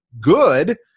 good